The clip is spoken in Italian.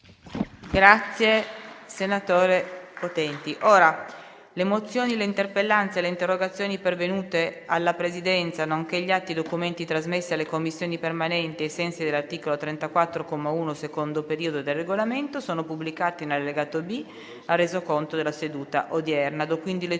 apre una nuova finestra"). Le mozioni, le interpellanze e le interrogazioni pervenute alla Presidenza, nonché gli atti e i documenti trasmessi alle Commissioni permanenti ai sensi dell'articolo 34, comma 1, secondo periodo, del Regolamento sono pubblicati nell'allegato B al Resoconto della seduta odierna.